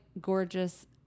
gorgeous